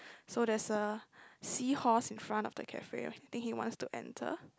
so there's a seahorse in front of the cafe I think he wants to enter